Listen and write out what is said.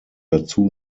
dazu